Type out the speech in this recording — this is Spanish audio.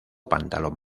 pantalón